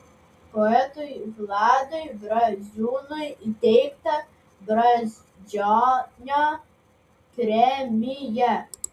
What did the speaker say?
poetui vladui braziūnui įteikta brazdžionio premija